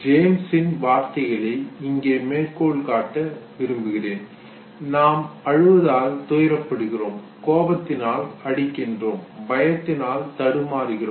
ஜேம்ஸின் வார்த்தைகளை இங்கே மேற்கோள் காட்டுகிறேன் நாம் அழுவதால் துயரப்படுகிறோம் கோபத்தினால் அடிக்கிறோம் பயத்தினால் தடுமாறுகிறோம்